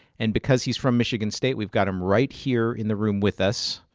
and because he's from michigan state, we've got him right here in the room with us,